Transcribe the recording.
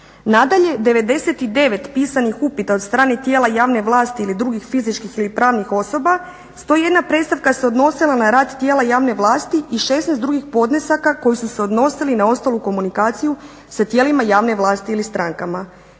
Nadalje, 99 pisanih upita od strane tijela javne vlasti ili drugih fizičkih ili pravnih osoba, 101 predstavka se odnosila na rad tijela javne vlasti i 16 drugih podnesaka koji su se odnosili na ostalu komunikaciju sa tijela javne vlasti ili strankama.